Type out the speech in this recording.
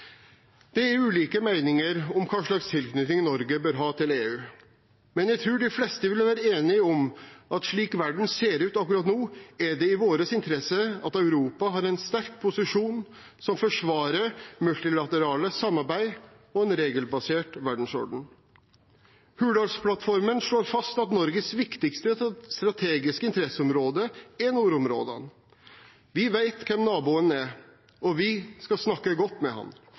Det er ulike meninger om hva slags tilknytning Norge bør ha til EU, men jeg tror de fleste vil være enige om at slik verden ser ut akkurat nå, er det i vår interesse at Europa har en sterk posisjon som forsvarer multilaterale samarbeid og en regelbasert verdensorden. Hurdalsplattformen slår fast at Norges viktigste strategiske interesseområde er nordområdene. Vi vet hvem naboen er, og vi skal snakke godt med